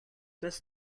best